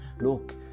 look